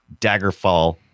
Daggerfall